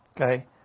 okay